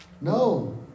No